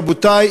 רבותי,